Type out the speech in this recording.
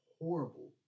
horrible